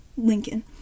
Lincoln